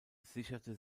sicherte